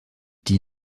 die